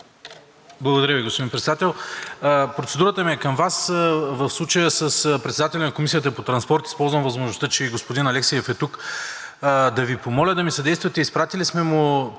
Благодаря Ви, господин Председател. Процедурата ми е към Вас. В случая с председателя на Комисията по транспорт използваме възможността, че и господин Алексиев е тук, да Ви помоля да ми съдействате. Изпратили сме му